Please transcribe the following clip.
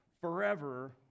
forever